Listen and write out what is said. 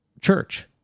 church